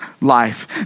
life